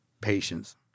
patience